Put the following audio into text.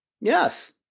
Yes